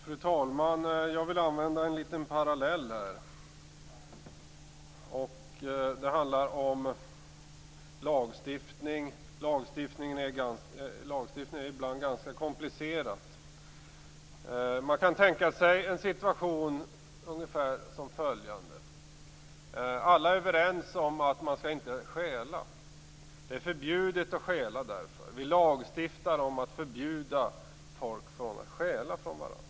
Fru talman! Jag vill göra en liten parallell här. Den handlar om lagstiftning. Lagstiftning är ibland ganska komplicerad. Man kan tänka sig ungefär följande situation. Alla är överens om att man inte skall stjäla. Det är därför förbjudet att stjäla. Vi lagstiftar om att förbjuda folk från att stjäla från varandra.